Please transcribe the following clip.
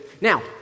Now